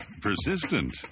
persistent